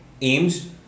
aims